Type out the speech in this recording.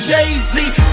Jay-Z